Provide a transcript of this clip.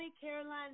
Caroline